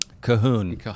Cahoon